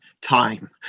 time